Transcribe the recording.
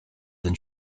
than